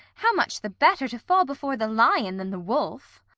how much the better to fall before the lion than the wolf!